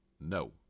no